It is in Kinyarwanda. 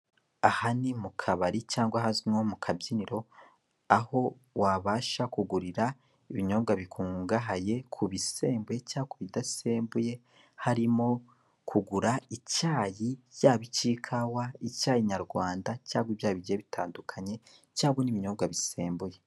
Aha ni mu kabari cyangwa hazwi nko mu kabyiniro aho wabasha kugurira ibinyobwa bikungahaye ku bisembuye cyangwa ibidasembuye, harimo kugura icyayi yaba ik'ikawa icyayi nyarwanda cyangwa ibyayi bigiye bitandukanye cyangwa ib'ibinyobwa bisembuye.